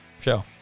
show